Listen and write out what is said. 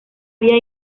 vía